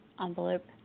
envelope